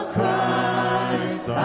Christ